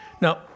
Now